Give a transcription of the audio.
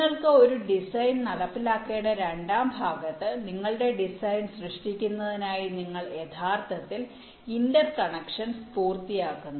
നിങ്ങൾക്ക് ഒരു ഡിസൈൻ നടപ്പിലാക്കേണ്ട രണ്ടാം ഭാഗത്ത് നിങ്ങളുടെ ഡിസൈനുകൾ സൃഷ്ടിക്കുന്നതിനായി നിങ്ങൾ യഥാർത്ഥത്തിൽ ഇന്റർകണക്ഷൻസ് പൂർത്തിയാക്കുന്നു